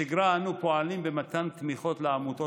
בשגרה אנו פועלים במתן תמיכות לעמותות